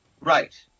Right